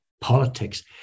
politics